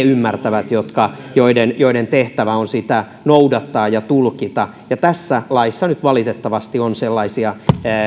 ymmärtävät joiden joiden tehtävä on sitä noudattaa ja tulkita tässä laissa nyt valitettavasti on sellaisia